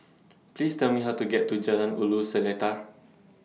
Please Tell Me How to get to Jalan Ulu Seletar